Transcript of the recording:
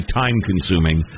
time-consuming